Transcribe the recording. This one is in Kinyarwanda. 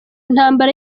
intambara